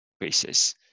increases